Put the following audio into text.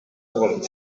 falling